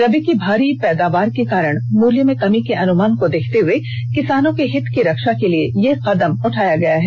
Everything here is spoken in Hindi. रबी की भारी पैदावार के कारण मूल्य में कमी के अनुमान को देखते हुए किसानों के हित की रक्षा के लिए यह कदम उठाया गया है